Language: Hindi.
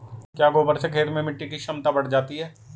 क्या गोबर से खेत में मिटी की क्षमता बढ़ जाती है?